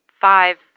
Five